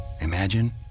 Imagine